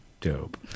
Dope